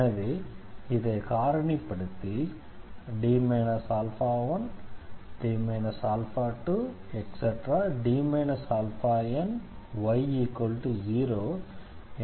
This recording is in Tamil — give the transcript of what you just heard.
எனவே இதை காரணிப்படுத்தி D 1D 2⋯y0 என எழுதலாம்